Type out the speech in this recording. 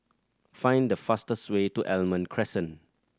find the fastest way to Almond Crescent